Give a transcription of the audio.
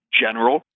general